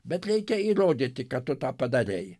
bet reikia įrodyti kad tu tą padarei